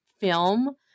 film